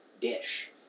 dish